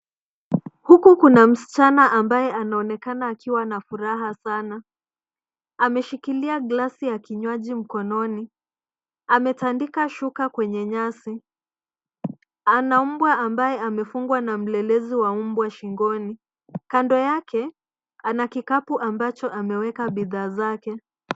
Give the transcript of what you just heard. HUKU KUNA MSICHANA AMBAYE ANAONEKANA AKIWA NA FURAHA SANA. AMESHIKILIA GLASI YA KINYWAJI MKONONI. AMETANDIKA SHUKA KWENYE NYASI. ANA MBWA AMBAYE AMEFUNGWA MLELEVU WA MBWA SHINGONI. KANDO YAKE, ANA KIKAPU AMBACHO AMEWEKA BIDHAA ZAKE.